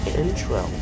intro